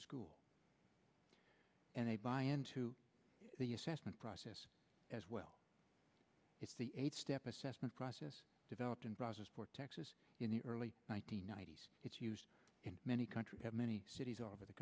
school and they buy into the assessment process as well if the eight step assessment process developed in browsers for texas in the early one nine hundred ninety s it's used in many countries have many cities all over the